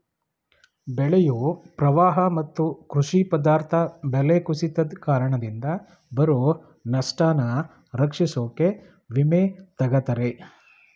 ಬೆಳೆಯು ಪ್ರವಾಹ ಮತ್ತು ಕೃಷಿ ಪದಾರ್ಥ ಬೆಲೆ ಕುಸಿತದ್ ಕಾರಣದಿಂದ ಬರೊ ನಷ್ಟನ ರಕ್ಷಿಸೋಕೆ ವಿಮೆ ತಗತರೆ